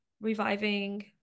reviving